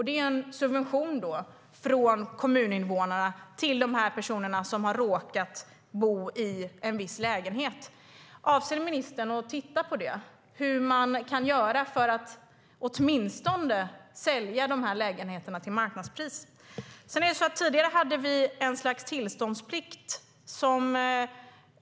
Det är en subvention från kommuninvånarna till de personer som råkar bo i en viss lägenhet. Avser ministern att titta på hur man kan göra för att åtminstone sälja de här lägenheterna till marknadspris? Tidigare hade vi ett slags tillståndsplikt.